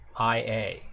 IA